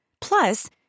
Plus